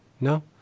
No